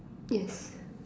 yes